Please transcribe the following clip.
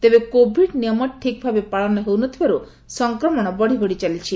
ତେବେ କୋଭିଡ୍ ନିୟମ ଠିକ୍ ଭାବେ ପାଳନ ହେଉ ନ ଥିବାରୁ ସଂକ୍ରମଣ ବଢ଼ି ବଢ଼ି ଚାଲିଛି